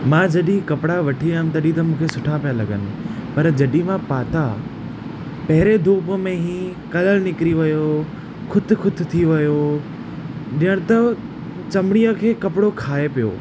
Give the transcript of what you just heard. मां जॾहिं कपिड़ा वठी आयुमि तॾहिं त मूंखे सुठा पिया लॻनि पर जॾहिं मां पाता पहिरें धोप में ई कलर निकिरी वियो खुत खुत थी वियो जण त चमड़ीअ खे कपिड़ो खाए पियो